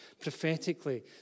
prophetically